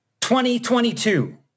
2022